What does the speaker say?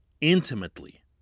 intimately